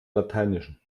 lateinischen